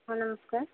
ହଁ ନମସ୍କାର